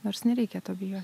nors nereikia to bijoti